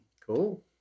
Cool